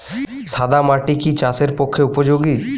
সাদা মাটি কি চাষের পক্ষে উপযোগী?